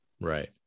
Right